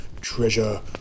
Treasure